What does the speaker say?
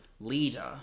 leader